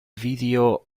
video